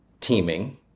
teaming